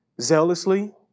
zealously